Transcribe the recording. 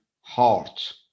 heart